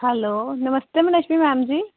hello नमस्ते Minakshi ma'am जी